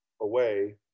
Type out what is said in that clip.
away